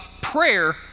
prayer